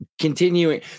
continuing